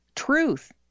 Truth